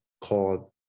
called